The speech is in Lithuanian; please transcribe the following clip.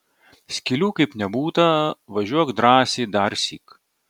skylių kaip nebūta važiuok drąsiai darsyk